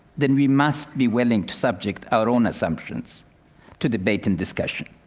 then we must be willing to subject our own assumptions to debate and discussion.